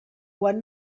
quan